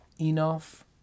enough